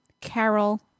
Carol